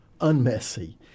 unmessy